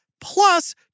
plus